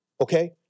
okay